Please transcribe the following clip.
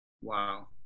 Wow